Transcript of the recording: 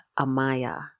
Amaya